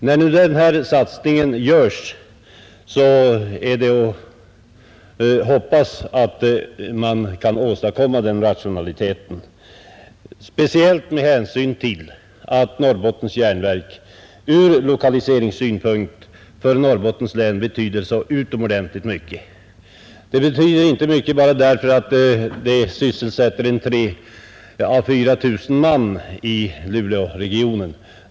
När nu den här satsningen görs är det att hoppas att man kan åstadkomma den rationaliteten, speciellt med hänsyn till att Norrbottens Järnverk ur lokaliseringssynpunkt för Norrbottens län betyder så utomordentligt mycket. Verket betyder mycket inte bara därför att det sysselsätter 3 000 å 4000 man i Luleåregionen.